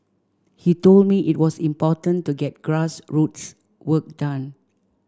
he told me it was important to get grassroots work done